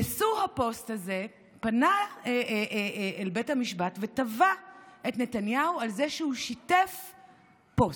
נשוא הפוסט הזה פנה אל בית המשפט ותבע את נתניהו על זה שהוא שיתף פוסט,